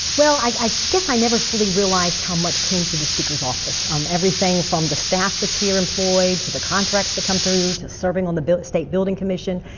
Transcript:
well, i guess i never fully realized how much came through the speaker's office. um everything from the staff that's here employed to the contracts that come through to serving on the state building commission.